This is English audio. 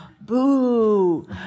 Boo